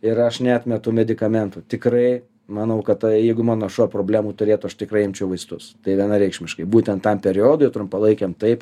ir aš neatmetu medikamentų tikrai manau kad tai jeigu mano šuo problemų turėtų aš tikrai imčiau vaistus tai vienareikšmiškai būtent tam periodui trumpalaikiam taip